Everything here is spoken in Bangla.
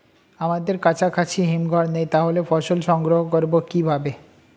আমাদের কাছাকাছি হিমঘর নেই তাহলে ফসল সংগ্রহ করবো কিভাবে?